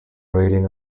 rating